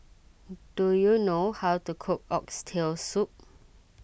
do you know how to cook Oxtail Soup